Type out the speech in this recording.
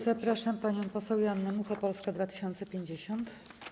Zapraszam panią poseł Joannę Muchę, Polska 2050.